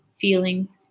feelings